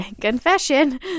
confession